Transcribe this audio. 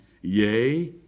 yea